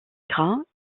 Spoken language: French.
gras